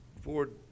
Ford